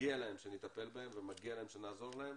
מגיע להם שנטפל בהם ומגיע להם שנעזור להם,